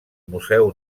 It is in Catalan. museu